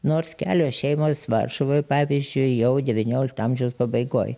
nors kelios šeimos varšuvoj pavyzdžiui jau devyniolikto amžiaus pabaigoj